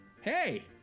hey